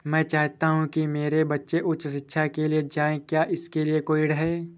मैं चाहता हूँ कि मेरे बच्चे उच्च शिक्षा के लिए जाएं क्या इसके लिए कोई ऋण है?